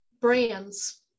brands